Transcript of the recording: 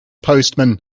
postman